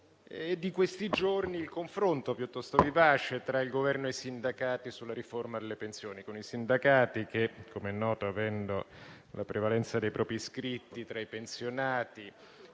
di questi giorni il confronto, piuttosto vivace, tra il Governo e i sindacati sulla riforma delle pensioni, con i sindacati che, come è noto, avendo la prevalenza dei propri iscritti tra i pensionati,